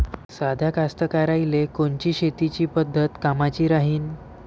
साध्या कास्तकाराइले कोनची शेतीची पद्धत कामाची राहीन?